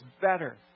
better